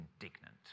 indignant